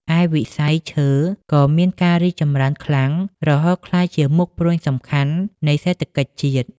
រីឯវិស័យឈើក៏មានការរីកចម្រើនខ្លាំង រហូតក្លាយជាមុខព្រួញសំខាន់នៃសេដ្ឋកិច្ចជាតិ។